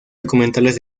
documentales